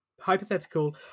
hypothetical